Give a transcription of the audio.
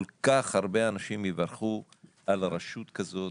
כל כך הרבה אנשים יברכו על רשות כזאת